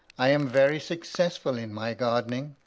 i am very successful in my gardening.